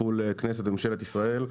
טיפול כנסת וממשלת ישראל.